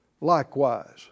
likewise